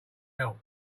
health